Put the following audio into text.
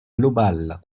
globale